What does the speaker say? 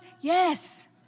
Yes